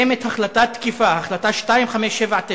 יש החלטה תקפה, החלטה 2579,